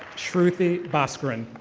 truthy bascron.